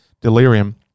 delirium